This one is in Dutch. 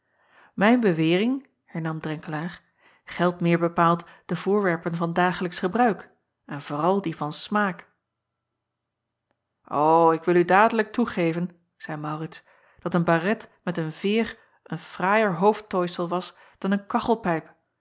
ijn bewering hernam renkelaer geldt meer bepaald de voorwerpen van dagelijksch gebruik en vooral die van smaak ik wil u dadelijk toegeven zeî aurits dat een baret met een veêr een fraaier hoofdtooisel was dan een kachelpijp